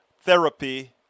Therapy